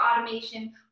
automation